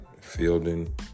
fielding